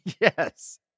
Yes